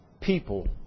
people